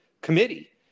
committee